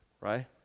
right